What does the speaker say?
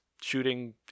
shooting